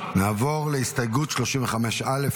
נעבור להסתייגות 35 א'.